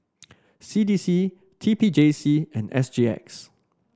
C D C T P J C and S G X